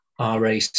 rac